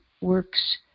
works